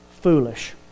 foolish